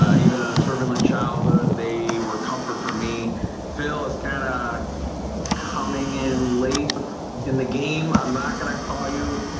ah even in a turbulent childhood they were comfort for me phil is kind of ah coming in late in the game. i'm not gonna call you